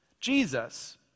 Jesus